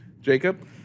Jacob